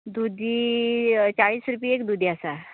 दुदी चाळीस रुपये एक दुदी आसा